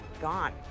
gone